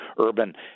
urban